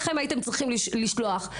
הייתם צריכים לשלוח מישהו,